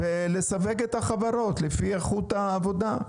ולסווג את החברות לפי איכות העבודה.